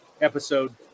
episode